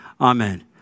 Amen